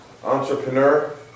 entrepreneur